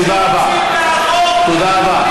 תודה רבה.